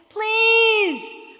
please